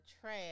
trash